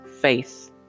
faith